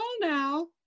now